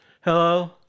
Hello